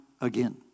again